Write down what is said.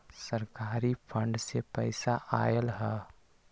सरकारी फंड से पईसा आयल ह?